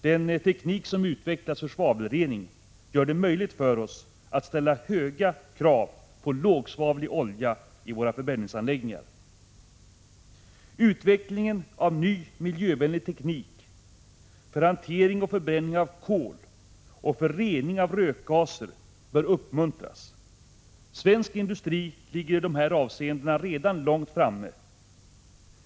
Den teknik för svavelrening som har utvecklats ger oss möjlighet att ställa höga krav på lågsvavlig olja i våra förbränningsanläggningar. Utvecklingen av ny, miljövänlig teknik för hantering och förbränning av kol och för rening av rökgaser bör uppmuntras. Svensk industri ligger redan långt framme i dessa avseenden.